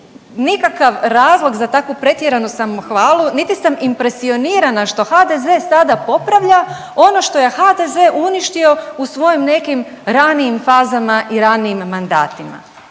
nikakav razlog za takvu pretjeranu samohvalu, niti sam impresionirana što HDZ-e sada popravlja ono što je HDZ-e uništio u svojim nekim ranijim fazama i ranijim mandatima.